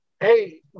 hey